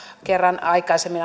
kerran aikaisemmin